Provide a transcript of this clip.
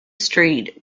street